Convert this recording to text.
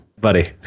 Buddy